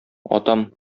атам